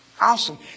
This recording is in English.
Awesome